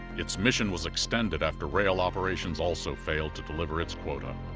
its mission was extended after rail operations also failed to deliver its quota.